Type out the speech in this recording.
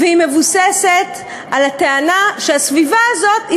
והיא מבוססת על הטענה שהסביבה הזאת היא